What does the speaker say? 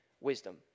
Wisdom